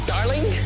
Darling